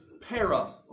para